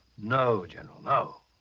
no, general, no.